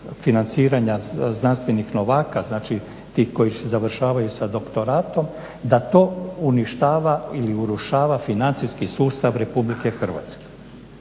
financiranja znanstvenih novaka, znači tih koji završavaju sa doktoratom, da to uništava ili urušava financijski sustav Republike Hrvatske.